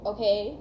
Okay